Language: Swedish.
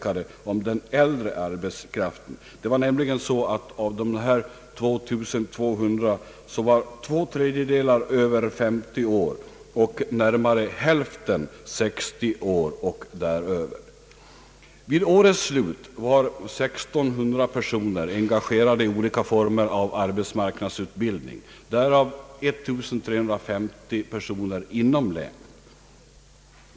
Av de 2200 var två tredjedelar över 50 år och närmare hälften 60 år och däröver. Vid årets slut var 1600 personer engagerade i olika former av arbetsmarknadsutbildning, därav 1350 personer inom länet.